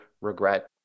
Regret